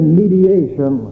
mediation